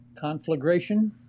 Conflagration